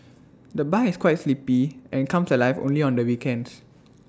the bar is quite sleepy and comes alive only on the weekends